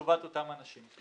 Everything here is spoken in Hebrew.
ולטובת אותם אנשים.